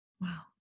Wow